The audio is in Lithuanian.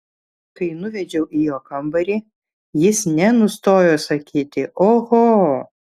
kai nuvedžiau į jo kambarį jis nenustojo sakyti oho